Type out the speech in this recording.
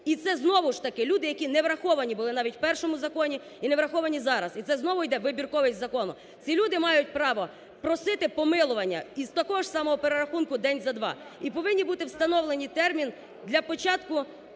і це знову ж таки, люди, які не враховані були навіть в першому законі і не враховані зараз. І це знову йде вибірковість закону. Ці люди мають право просити помилування із такого ж самого перерахунку – день за два. І повинен бути встановлений термін для початку